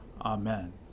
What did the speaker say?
Amen